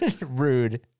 Rude